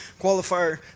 qualifier